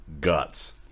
guts